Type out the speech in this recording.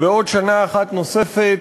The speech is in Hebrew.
בעוד שנה אחת נוספת.